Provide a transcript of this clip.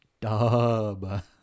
Dub